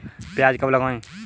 प्याज कब लगाएँ?